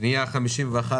הפנייה אושרה.